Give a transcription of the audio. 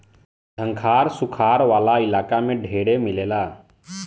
झंखाड़ सुखार वाला इलाका में ढेरे मिलेला